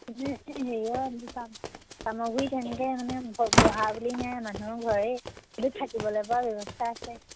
চামগুৰিত এনেকৈ মানে বহা বুলি নাই মানুহৰ ঘৰেই কিন্তু থাকিবলৈ পৰা ব্যৱস্থা আছে